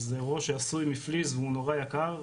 זה ראש שעשוי מפליז והוא נורא יקר,